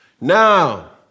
Now